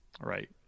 Right